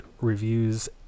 reviews